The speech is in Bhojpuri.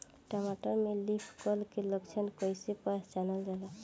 टमाटर में लीफ कल के लक्षण कइसे पहचानल जाला?